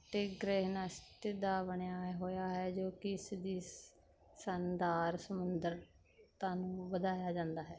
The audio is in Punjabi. ਚਿੱਟੇ ਗ੍ਰੇਹਨਾਸਟ ਦਾ ਬਣਿਆ ਹੋਇਆ ਹੈ ਜੋ ਇਸਦੀ ਸ ਸ਼ਾਨਦਾਰ ਸਮੁੰਦਰ ਤਾ ਨੂੰ ਵਧਾਇਆ ਜਾਂਦਾ ਹੈ